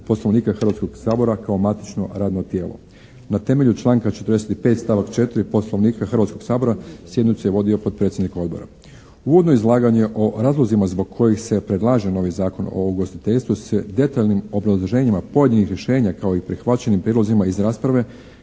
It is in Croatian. Poslovnika Hrvatskoga sabora kao matično radno tijelo. Na temelju članka 45. stavak 4. Poslovnika Hrvatskoga sabora sjednicu je vodio potpredsjednik odbora. Uvodno izlaganje o razlozima zbog kojih se predlaže novi Zakon o ugostiteljstvu se detaljnim obrazloženjima pojedinih rješenja kao i prihvaćenim prijedlozima iz rasprave